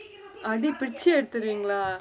அடி பிச்சு எடுதுருவிங்களா:adi pichu eduthuruvingalaa